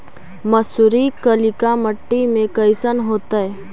मसुरी कलिका मट्टी में कईसन होतै?